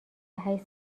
هشت